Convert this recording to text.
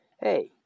Hey